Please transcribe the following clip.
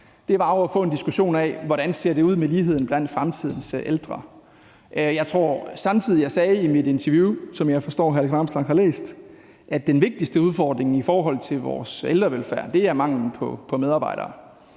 debat, var jo at få en diskussion af: Hvordan ser det ud med ligheden blandt fremtidens ældre? Jeg tror samtidig, jeg sagde i mit interview, som jeg forstår at hr. Alex Vanopslagh har læst, at den vigtigste udfordring i forhold til vores ældrevelfærd er manglen på medarbejdere.